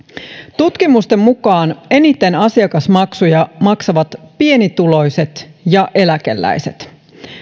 tutkimusten mukaan eniten asiakasmaksuja maksavat pienituloiset ja eläkeläiset